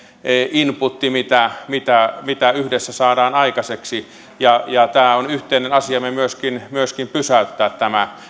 inputti mitä mitä yhdessä saadaan aikaiseksi on yhteinen asiamme myöskin myöskin pysäyttää tämä